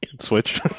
switch